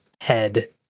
head